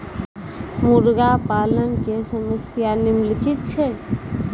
मुर्गा पालन के समस्या निम्नलिखित छै